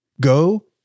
Go